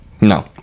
no